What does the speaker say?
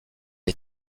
est